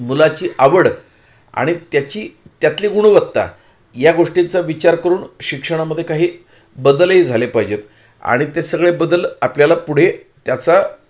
मुलाची आवड आणि त्याची त्यातली गुणवत्ता या गोष्टींचा विचार करून शिक्षणामध्ये काही बदलही झाले पाहिजेत आणि ते सगळे बदल आपल्याला पुढे त्याचा